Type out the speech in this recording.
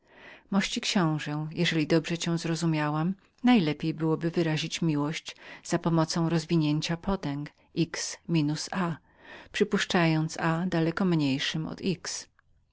mości książe jeżeli dobrze cię zrozumiałam najlepiej byłoby wyrazić miłość za pomocą rozwinięcia potęg a x przypuszczając a daleko mniejszem od